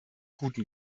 guten